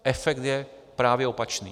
Efekt je právě opačný.